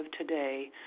today